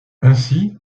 ainsi